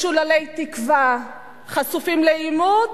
משוללי תקווה, חשופים לעימות,